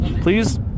Please